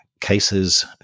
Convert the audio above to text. Cases